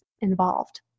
involved